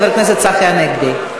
חבר הכנסת צחי הנגבי,